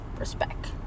respect